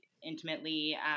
intimately